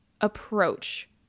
approach